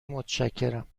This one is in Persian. متشکرم